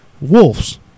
wolves